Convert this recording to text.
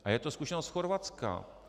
A je to zkušenost z Chorvatska.